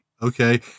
Okay